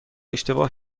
اشتباه